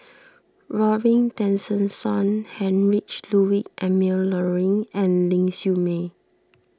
Robin Tessensohn Heinrich Ludwig Emil Luering and Ling Siew May